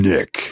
Nick